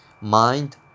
Mind